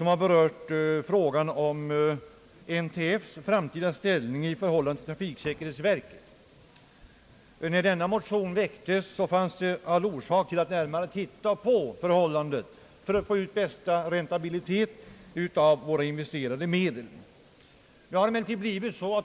av mig m.fl. rörande NTF:s framtida ställning i förhållande till trafiksäkerhetsverket. När den väcktes, fanns det orsak att närmare granska förhållandet med tanke på att våra investerade medel skall ge bästa räntabilitet.